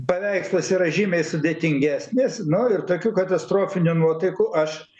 paveikslas yra žymiai sudėtingesnis nu ir tokių katastrofinių nuotaikų aš